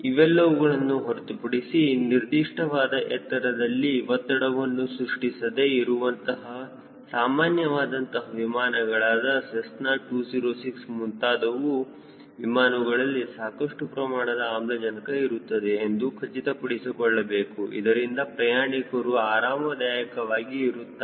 ಇವೆಲ್ಲವುಗಳನ್ನು ಹೊರತುಪಡಿಸಿ ನಿರ್ದಿಷ್ಟವಾದ ಎತ್ತರದಲ್ಲಿ ಒತ್ತಡವನ್ನು ಸೃಷ್ಟಿಸದೇ ಇರುವಂತಹ ಸಾಮಾನ್ಯ ವಾದಂತಹ ವಿಮಾನಗಳಾದ ಸೆಸ್ನಾ 206 ಮುಂತಾದವು ವಿಮಾನಗಳಲ್ಲಿ ಸಾಕಷ್ಟು ಪ್ರಮಾಣದ ಆಮ್ಲಜನಕ ಇರುತ್ತದೆ ಎಂದು ಖಚಿತಪಡಿಸಿಕೊಳ್ಳಬೇಕು ಇದರಿಂದ ಪ್ರಯಾಣಿಕರು ಆರಾಮದಾಯಕವಾಗಿ ಇರುತ್ತಾರೆ